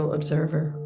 observer